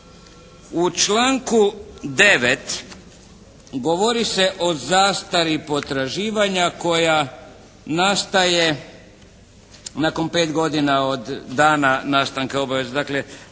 U članku 9. govori se o zastari potraživanja koja nastaje nakon pet godina od dana nastanka obaveze,